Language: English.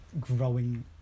growing